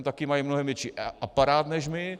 Taky mají mnohém větší aparát než my.